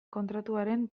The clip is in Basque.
kontratuaren